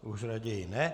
Už raději ne.